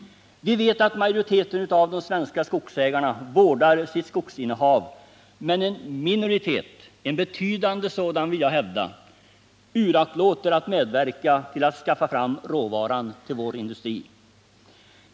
Vi vet att majoriteten av de svenska skogsägarna vårdar sitt skogsinnehav, men en minoritet — en betydande sådan vill jag hävda — uraktlåter att medverka till att skaffa fram råvaran till vår industri.